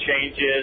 changes